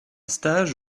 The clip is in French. stage